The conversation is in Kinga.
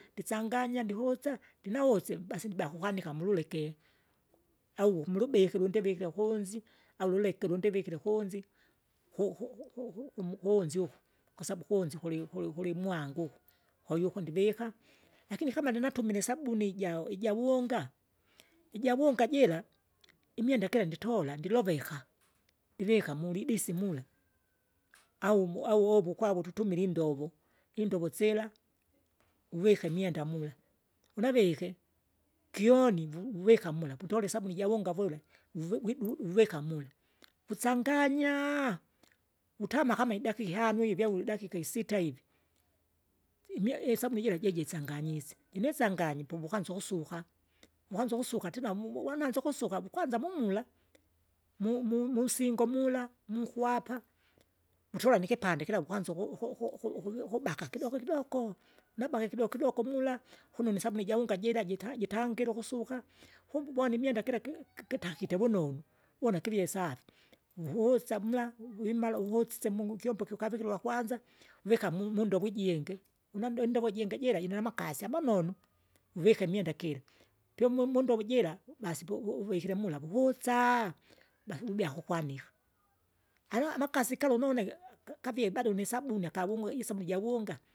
Ndisanganya ndihusa, ndinahuse basi ndiba kukanika kukanika mululeke, au mulubiki ulundivike kounzi, au luleke ulundivikire kounzi, ku- ku- ku- kum- kunzi uko, kwasabu kunzi kuli- kuli- kulimwangu uku, kwahiyo kundivika. Lakini kama ndinatumile isabuni jao ijawunga, ijawunga jira, imwenda gila nditola ndiloveka, ivika mulidisi mula, aumu au ovo kwavo tutumile indov, indovo sila, uvike imwenda mula, unavike gyoni vu- vuvika mula putoli ijawunga vula uvui widudu uvika uvika mula, kusanganyanya, vutama idaika ihano ivi au idakika isita ivi, vimye isabuni jira jijisanganyise, inisanganya puvukanza ukusuka, vukwanza ukusuka tena mumu wananza ukusuka kwanza mumula, mu- mu- musingo mula mukwapa, mutola nikipande kira wukwanza uku- uku- uku- uku- uku- ukubaka kidoko kidoko, nabake kidohgo kidoko mula, kunu nisabuni jawunga jira jita- jitangire ukusuka. Kumbe uboni imwenda gira gi- gitakite vunonuu, wona givie safi, uhusa mula wimala uhusise mung'u ikyombo iki ukavikire ulwakwanza uvika mu- mundovo ijingi, unamda indovo ijingi jira inamkasi amanonu, uvike imwenda gira, pyu mu- mundovo jira, vasipo u- uvikire mula vuhusa, ba kibubya kukwanika, ano amakasi gala unauneke akavie bado nisabuni akavungwe isabuni jawunga.